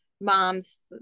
moms